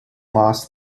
lost